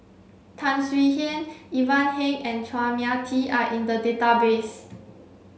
Tan Swie Hian Ivan Heng and Chua Mia Tee are in the database